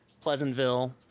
Pleasantville